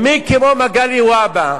ומי כמו מגלי והבה,